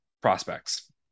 prospects